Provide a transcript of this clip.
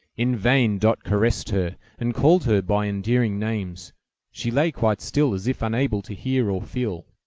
in vain dot caressed her, and called her by endearing names she lay quite still, as if unable to hear or feel.